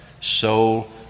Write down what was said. soul